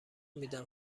میدم